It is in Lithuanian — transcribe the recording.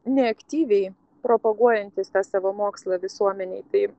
neaktyviai propaguojantys savo mokslą visuomenei tai